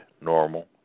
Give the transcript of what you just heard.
normal